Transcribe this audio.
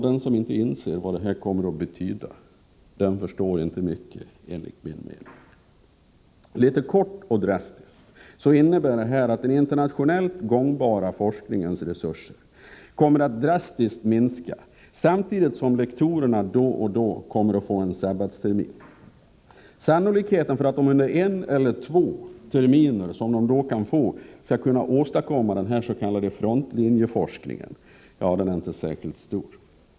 Den som inte inser vad det här kommer att betyda förstår enligt min mening inte mycket. Litet kort och drastiskt uttryckt innebär det här att den internationellt gångbara forskningens resurser kommer att drastiskt minska, samtidigt som lektorerna då och då kommer att få en sabbatstermin. Sannolikheten för att de under den termin eller de två terminer som de då kan få skall kunna åstadkomma s.k. frontlinjeforskning är inte särskilt stor.